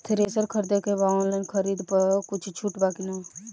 Thresher खरीदे के बा ऑनलाइन खरीद पर कुछ छूट बा कि न?